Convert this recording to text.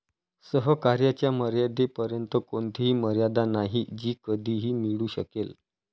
सहकार्याच्या मर्यादेपर्यंत कोणतीही मर्यादा नाही जी कधीही मिळू शकेल